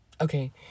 Okay